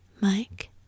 Mike